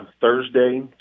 Thursday